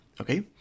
okay